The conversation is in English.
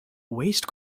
waste